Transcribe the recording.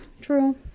true